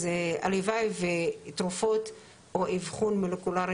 אז הלוואי ותרופות או אבחון מולקולרי